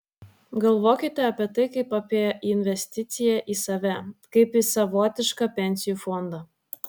galvokite apie tai kaip apie į investiciją į save kaip į savotišką pensijų fondą